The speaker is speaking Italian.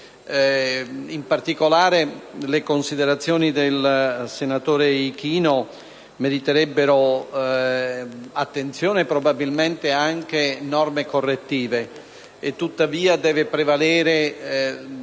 In particolare, le considerazioni del senatore Ichino meriterebbero attenzione e, probabilmente, anche norme correttive. Tuttavia, deve prevalere